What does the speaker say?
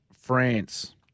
France